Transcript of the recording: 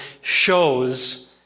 shows